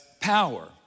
power